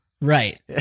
Right